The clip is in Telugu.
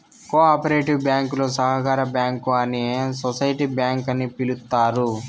కో ఆపరేటివ్ బ్యాంకులు సహకార బ్యాంకు అని సోసిటీ బ్యాంక్ అని పిలుత్తారు